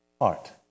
Heart